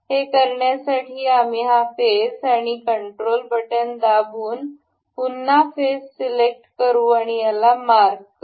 हे करण्यासाठी आम्ही हा फेस आणि कंट्रोल बटन दाबून पुन्हा फेस सिलेक्ट करू आणि याला मार्क करू